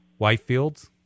Whitefields